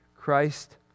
Christ